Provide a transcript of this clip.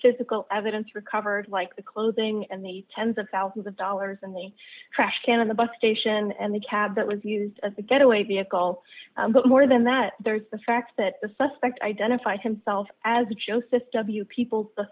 physical evidence recovered like the clothing and the tens of thousands of dollars in the trash can on the bus station and the cab that was used as a getaway vehicle but more than that there's the fact that the suspect identified himself as a joseph w people the